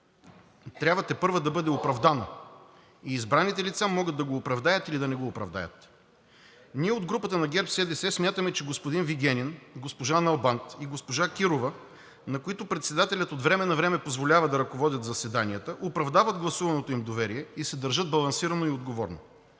трябва тепърва да бъде оправдано и избраните лица могат да го оправдаят или да не го оправдаят. Ние от групата на ГЕРБ-СДС смятаме, че господин Вигенин, госпожа Налбант и госпожа Кирова, на които председателят от време на време позволява да ръководят заседанията, оправдават гласуваното им доверие и се държат балансирано и отговорно.